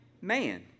man